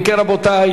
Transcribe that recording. אם כן, רבותי,